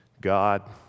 God